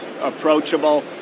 approachable